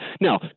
now